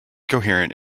coherent